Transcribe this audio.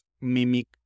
mimic